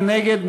מי נגד?